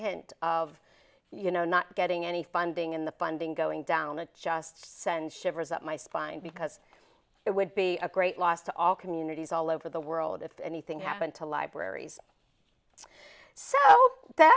hint of you know not getting any funding in the funding going down it just sends shivers up my spine because it would be a great loss to all communities all over the world if anything happened to libraries so that